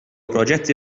proġetti